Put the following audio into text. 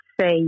say